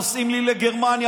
נוסעים לגרמניה,